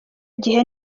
gihe